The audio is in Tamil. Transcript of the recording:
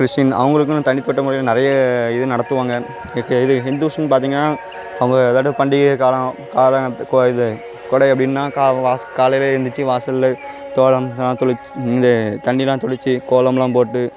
கிறிஸ்டின் அவங்களுக்குன்னு தனிப்பட்ட முறையில் நிறைய இது நடத்துவாங்க ஏற்க இது ஹிந்துஸ்ன்னு பார்த்திங்கன்னா அவங்க கடவுள் பண்டிகை காலம் காலங்காத்து கொ இது கொடை அப்படினா கா வாஸ் காலையில எந்திரிச்சு வாசலில் கோலம் தொளுச் இந்த தண்ணி எல்லாம் தெளிச்சி கோலம் எல்லாம் போட்டு